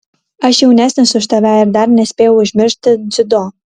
aš jaunesnis už tave ir dar nespėjau užmiršti dziudo